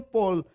Paul